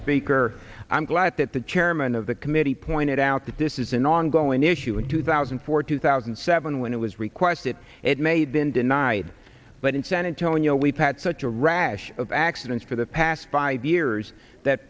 speaker i'm glad that the chairman of the committee pointed out that this is an ongoing issue in two thousand and four two thousand and seven when it was requested it made been denied but in san antonio we've had such a rash of accidents for the past five years that